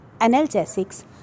analgesics